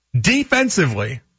defensively